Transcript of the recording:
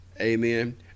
Amen